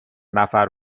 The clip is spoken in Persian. نفر